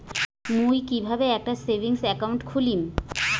মুই কিভাবে একটা সেভিংস অ্যাকাউন্ট খুলিম?